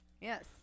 yes